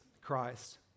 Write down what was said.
Christ